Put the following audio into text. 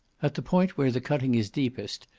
at the point where the cutting is deepest,